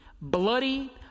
bloody